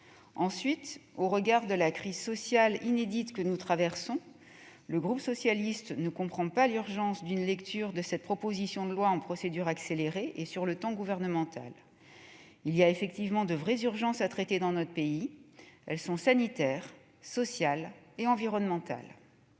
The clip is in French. lieu, au regard de la crise sociale inédite que nous traversons, le groupe socialiste ne comprend pas l'urgence d'une lecture de cette proposition de loi en procédure accélérée et sur le temps gouvernemental. Il y a effectivement de vraies urgences à traiter dans notre pays. Elles sont sanitaires, sociales et environnementales.